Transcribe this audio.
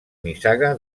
nissaga